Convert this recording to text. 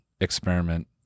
experiment